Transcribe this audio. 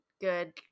good